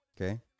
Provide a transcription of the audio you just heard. Okay